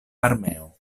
armeo